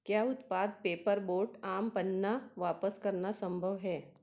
क्या उत्पाद paper boat आम पन्ना वापस करना संभव है